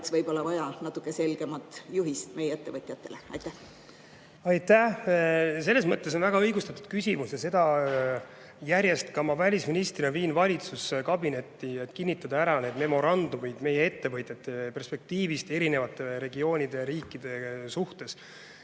meil oleks vaja natuke selgemat juhist meie ettevõtjatele. Aitäh! Selles mõttes väga õigustatud küsimus, et ma välisministrina viin valitsuskabinetti idee kinnitada ära need memorandumid meie ettevõtjate perspektiivist eri regioonide ja riikide suhtes.